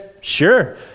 sure